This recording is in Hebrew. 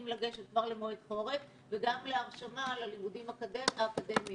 לגשת למועד חורף וגם להרשמה ללימודים אקדמאיים.